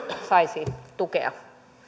saisi tukea